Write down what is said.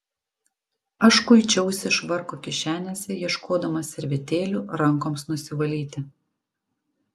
aš kuičiausi švarko kišenėse ieškodamas servetėlių rankoms nusivalyti